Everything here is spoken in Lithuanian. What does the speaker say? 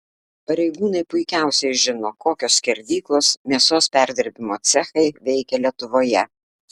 pareigūnai puikiausiai žino kokios skerdyklos mėsos perdirbimo cechai veikia lietuvoje